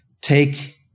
take